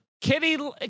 Kitty